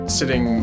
sitting